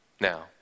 Now